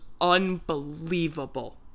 unbelievable